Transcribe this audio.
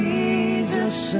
Jesus